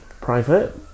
Private